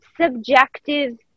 subjective